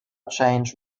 changed